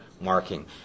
marking